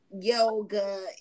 yoga